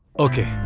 ok.